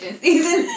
season